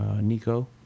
Nico